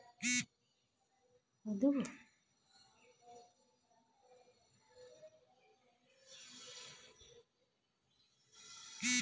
broad bean বা শিম হল এক ধরনের পুষ্টিকর সবজি